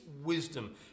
wisdom